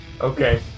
Okay